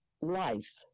life